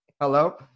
hello